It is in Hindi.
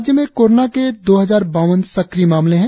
राज्य में कोरोना के दो हजार बावन सक्रिय मामले है